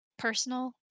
personal